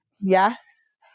yes